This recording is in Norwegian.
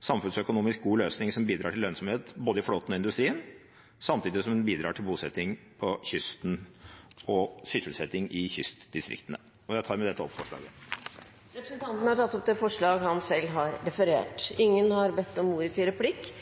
samfunnsøkonomisk god løsning som bidrar til lønnsomhet i både flåten og industrien, samtidig som den bidrar til bosetting og sysselsetting i kystdistriktene.» Jeg tar med dette opp forslaget. Representanten Rasmus Hansson har tatt opp det forslaget han refererte til. Jeg vil åpne med å takke komiteen, som har